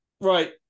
Right